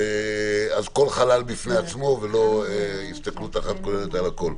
כל חלל בפני עצמו ולא הסתכלות אחת כוללת על הכול.